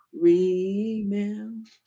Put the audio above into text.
remember